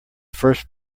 first